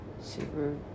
super